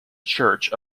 church